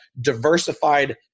diversified